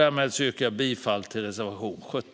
Därmed yrkar jag bifall till reservation 12.